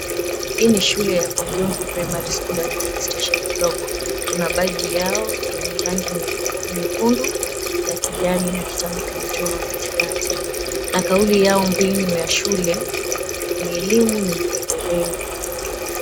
Hii ni shule ya Kwa Jomvu Primary School, Administration Block . Kuna baadhi yao ya nyekundu na kijani na kitabu kimechorwa katikati na kauli yao mbinu ya shule ni elimu ni maendeleo.